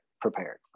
prepared